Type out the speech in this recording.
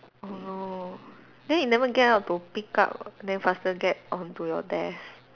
oh then you never get up to pick up then faster get onto your desk